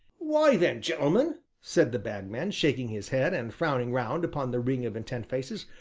why, then, gentlemen, said the bagman, shaking his head and frowning round upon the ring of intent faces,